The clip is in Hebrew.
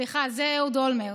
סליחה, זה אהוד אולמרט,